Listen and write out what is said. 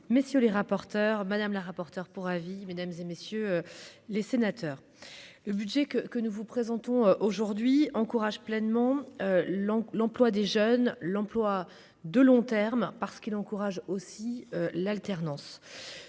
messieurs les rapporteurs madame la rapporteure pour avis, mesdames et messieurs les sénateurs, le budget que que nous vous présentons aujourd'hui encourage pleinement l'emploi des jeunes, l'emploi de long terme parce qu'il encourage aussi l'alternance,